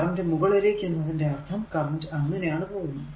current മുകളിലേക്ക് എന്നതിന്റെ അർഥം കറന്റ് അങ്ങനെയാണ് പോകുന്നത്